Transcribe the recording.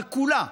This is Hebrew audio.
וכולה,